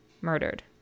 murdered